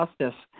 justice